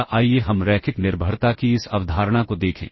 या आइए हम रैखिक निर्भरता की इस अवधारणा को देखें